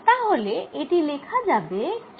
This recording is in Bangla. তাহলে এটি লেখা যাবে Q ডেল্টা r